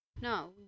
No